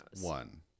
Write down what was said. one